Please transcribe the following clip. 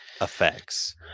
effects